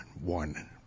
one